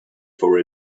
for